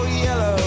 yellow